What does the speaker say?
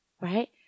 Right